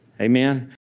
Amen